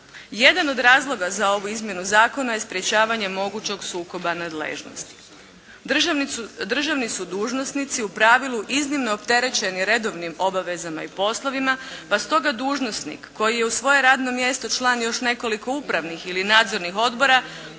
Jedan od razloga za ovu izmjenu zakona je sprječavanje mogućeg sukoba nadležnosti. Državni su dužnosnici u pravilu iznimno opterećeni redovnim obavezama i poslovima pa stoga dužnosnik koji je uz svoje radno mjesto član još nekoliko upravnih ili nadzornih odbora,